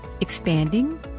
expanding